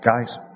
guys